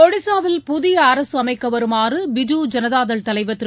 ஒடிசாவில் புதிய அரசு அமைக்க வருமாறு பிஜு ஜனதா தள் தலைவர் திரு